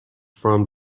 from